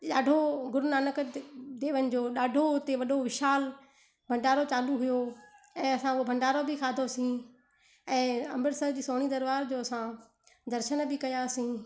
ॾाढो गुरू नानक देव देवनि जो ॾाढो हुते वॾो विशाल भंडारो चालू हुओ ऐं असां उहो भंडारो बि खादोसी ऐं अमृतसर जी सोणी दरबार जो असां दर्शन बि कयासीं